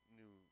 new